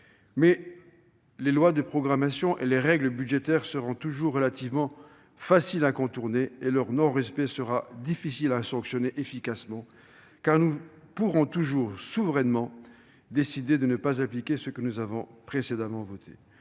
Mais les lois de programmation et les règles budgétaires seront toujours relativement faciles à contourner et leur non-respect sera difficile à sanctionner efficacement : nous pourrons toujours souverainement décider de ne pas appliquer ce que nous avons précédemment voté.